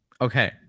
Okay